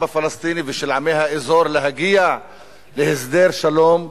הפלסטיני ושל עמי האזור להגיע להסדר שלום.